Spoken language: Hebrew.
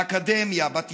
באקדמיה, בתקשורת,